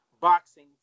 boxing